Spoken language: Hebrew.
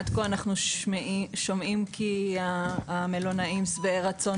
עד כה אנחנו שומעים כי המלונאים שבעי רצון